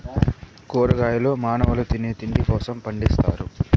కూరగాయలు మానవుల తినే తిండి కోసం పండిత్తారు